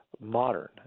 modern